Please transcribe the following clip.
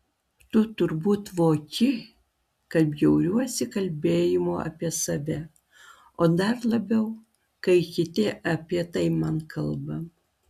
tu turbūt voki kad bjauriuosi kalbėjimu apie save o dar labiau kai kiti apie tai man kalba